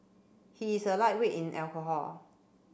he is a lightweight in alcohol